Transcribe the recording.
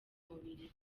mubiri